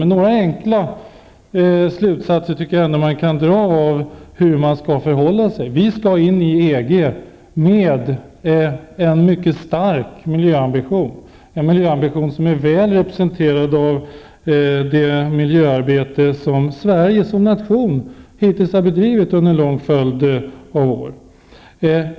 Men några enkla slutsatser tycker jag att vi ändå kan dra av hur man skall förhålla sig: Vi skall in i EG med en mycket stark miljöambition, som väl illustreras av det miljöarbete som Sverige som nation hittills har bedrivit under en lång följd av år.